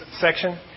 section